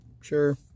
Sure